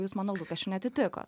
jūs mano lūkesčių neatitiko